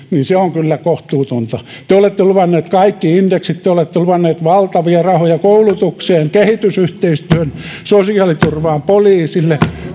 on kyllä kohtuutonta te olette luvanneet kaikki indeksit te olette luvanneet valtavia rahoja koulutukseen kehitysyhteistyöhön sosiaaliturvaan poliisille